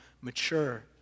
mature